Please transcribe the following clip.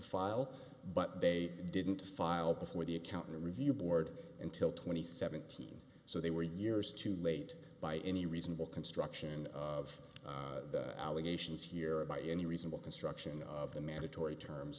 file but they didn't file before the accounting review board until twenty seventeen so they were years too late by any reasonable construction of allegations here or by any reasonable construction of the mandatory terms